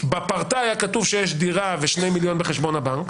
בפרטה היה כתוב שיש דירה ושני מיליון ש"ח בבנק,